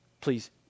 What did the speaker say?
Please